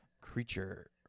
creature